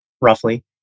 roughly